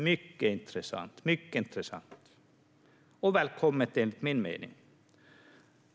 Detta är mycket intressant och välkommet, enligt min mening.